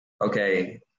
okay